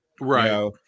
Right